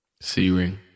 C-Ring